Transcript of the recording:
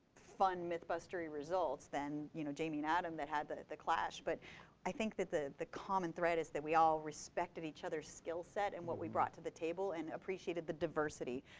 fun mythbustery results than you know jamie and adam that had the clash. but i think that the the common thread is that we all respected each other's skill set and what we brought to the table and appreciated the diversity.